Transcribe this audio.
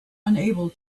unable